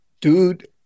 dude